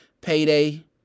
Payday